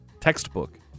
textbook